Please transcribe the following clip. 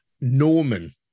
Norman